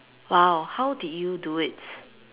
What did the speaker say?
!wow! how did you do it